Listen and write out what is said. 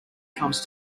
comes